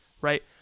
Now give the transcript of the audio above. right